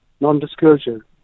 non-disclosure